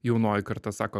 jaunoji karta sako